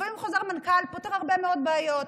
לפעמים חוזר מנכ"ל פותר הרבה מאוד בעיות,